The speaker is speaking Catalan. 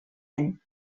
any